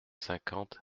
cinquante